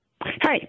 Hi